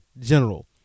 general